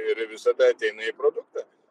ir visada ateina į produktą